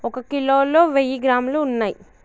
ఒక కిలోలో వెయ్యి గ్రాములు ఉన్నయ్